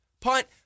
punt